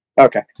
Okay